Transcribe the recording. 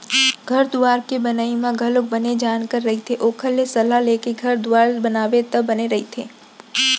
घर दुवार के बनई म घलोक बने जानकार रहिथे ओखर ले सलाह लेके घर दुवार बनाबे त बने रहिथे